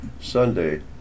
Sunday